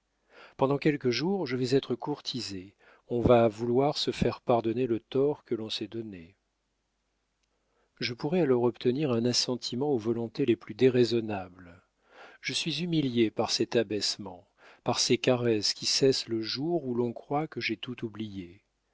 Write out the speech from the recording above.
pendant quelques jours je vais être courtisée on va vouloir se faire pardonner le tort que l'on s'est donné je pourrais alors obtenir un assentiment aux volontés les plus déraisonnables je suis humiliée par cet abaissement par ces caresses qui cessent le jour où l'on croit que j'ai tout oublié